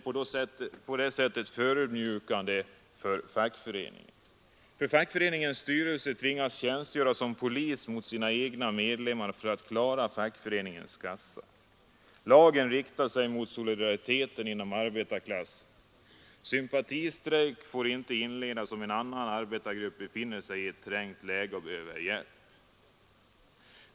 Lagen är förödmjukande även för fackföreningen. Fackföreningens styrelse tvingas tjänstgöra som polis mot sina egna medlemmar för att klara fackföreningens kassa. Lagen riktar sig mot solidariteten inom arbetarklassen. Sympatistrejk får inte inledas om en annan arbetargrupp befinner sig i ett trängt läge och behöver hjälp.